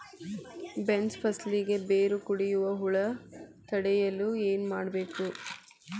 Beans ಫಸಲಿಗೆ ಬೇರು ಕಡಿಯುವ ಹುಳು ತಡೆಯಲು ಏನು ಮಾಡಬೇಕು?